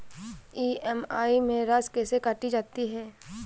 EMI में राशि कैसे काटी जाती है?